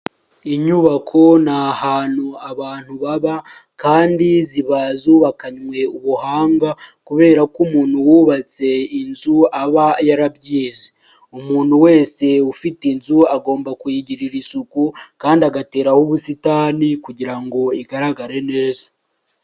Inyubako ni ahantu abantu baba kandi ziba zubakanywe ubuhanga kubera ko umuntu wubatse inzu aba yarabyize, umuntu wese ufite inzu agomba kuyigirira isuku kandi agateraho ubusitani kugira ngo igaragare neza.